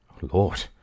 Lord